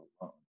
alone